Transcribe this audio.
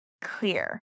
clear